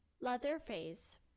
Leatherface